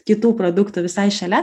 kitų produktų visai šalia